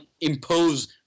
impose